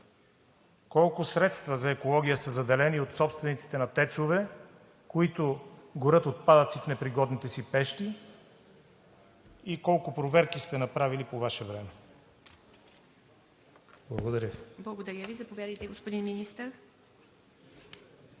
Колко средства за екология са заделени от собствениците на ТЕЦ-ове, които горят отпадъци в непригодните си пещи, и колко проверки сте направили по Ваше време? Благодаря Ви. ПРЕДСЕДАТЕЛ ИВА